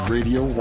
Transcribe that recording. Radio